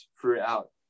throughout